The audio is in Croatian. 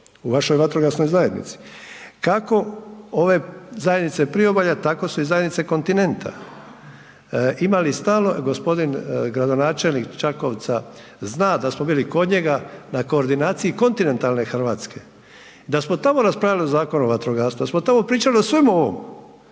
u vašoj vatrogasnoj zajednici. Kako ove zajednice Priobalja tako su i zajednice kontinenta imali stalno, g. gradonačelnik Čakovca zna da smo bili kod njega na koordinaciji kontinentalne Hrvatske da smo tamo raspravljali o Zakonu o vatrogastvu, da smo tamo pričali o svemu ovom